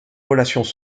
relations